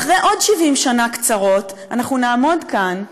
ואחרי עוד 70 שנה קצרות אנחנו נעמוד כאן,